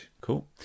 Cool